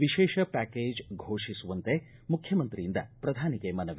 ವಿಶೇಷ ಪ್ಯಾಕೇಜ್ ಘೋಷಿಸುವಂತೆ ಮುಖ್ಯಮಂತ್ರಿಯಿಂದ ಪ್ರಧಾನಿಗೆ ಮನವಿ